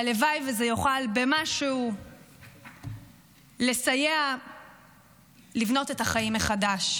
הלוואי שזה יוכל במשהו לסייע לבנות את החיים מחדש.